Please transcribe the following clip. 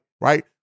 right